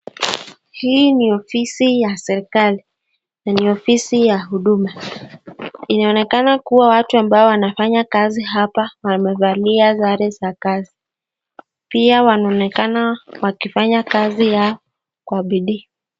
Hii ni ofisi ya serikali na ni ofisi ya huduma. Inaonekana kuwa watu ambao wanafanya kazi hapa wamevalia sare za kazi. Pia wanaonekana wakifanya kazi yao kwa bidii.